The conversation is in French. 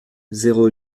zéro